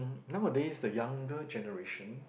nowadays the younger generation